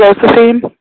Josephine